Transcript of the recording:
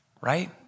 right